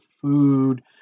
food